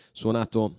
suonato